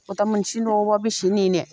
अर्दाब मोनसेल'आवबा बेसे नेनो